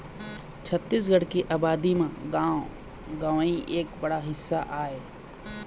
छत्तीसगढ़ के अबादी म गाँव गंवई एक बड़का हिस्सा आय